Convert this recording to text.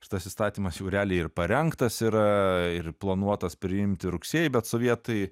šitas įstatymas jau realiai ir parengtas yra ir planuotas priimti rugsėjį bet sovietai